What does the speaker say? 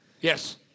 Yes